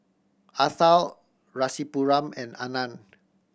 Atal Rasipuram and Anand